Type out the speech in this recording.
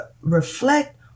Reflect